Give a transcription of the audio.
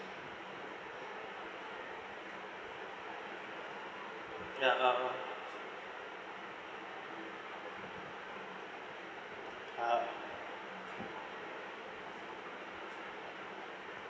ya uh uh